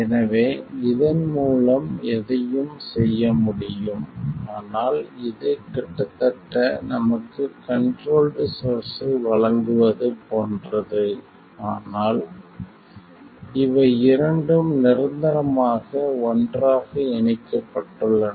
எனவே இதன் மூலம் எதையும் செய்ய முடியும் ஆனால் இது கிட்டத்தட்ட நமக்கு கண்ட்ரோல்ட் சோர்ஸ்ஸை வழங்குவது போன்றது ஆனால் இவை இரண்டும் நிரந்தரமாக ஒன்றாக இணைக்கப்பட்டுள்ளன